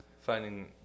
finding